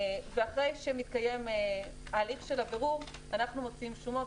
ואחרי שמתקיים ההליך של הבירור אנחנו מוציאים שומות.